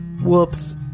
Whoops